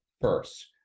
first